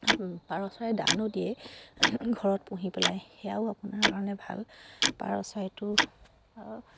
পাৰ চৰাই দানো দিয়ে ঘৰত পুহি পেলাই সেয়াও আপোনাৰ কাৰণে ভাল পাৰ চৰাইটো